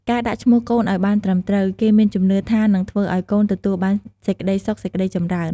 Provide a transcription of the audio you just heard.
ការដាក់ឈ្មោះកូនឲ្យបានត្រឹមត្រូវ គេមានជំនឿថានិងធ្វើឲ្យកូនទទួលបានសេចក្ដីសុខសេក្ដីចម្រើន។